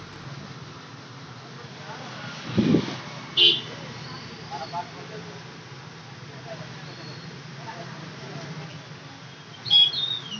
కోడి, పందుల ఎరువు వాడితే నేలకు ఎలాంటి పోషకాలు అందుతాయి